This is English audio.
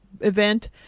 event